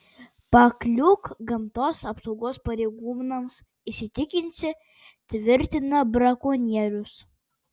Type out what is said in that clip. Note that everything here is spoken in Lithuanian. pakliūk gamtos apsaugos pareigūnams įsitikinsi tvirtina brakonierius